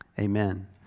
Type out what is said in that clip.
amen